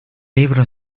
libro